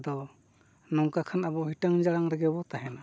ᱟᱫᱚ ᱱᱚᱝᱠᱟ ᱠᱷᱟᱱ ᱟᱵᱚ ᱦᱤᱴᱟᱝ ᱡᱟᱲᱟᱝ ᱨᱮᱜᱮᱵᱚᱱ ᱛᱟᱦᱮᱱᱟ